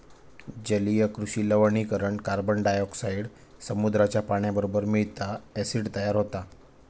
जलीय कृषि लवणीकरण कार्बनडायॉक्साईड समुद्राच्या पाण्याबरोबर मिळता, ॲसिड तयार होता